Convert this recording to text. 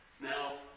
Now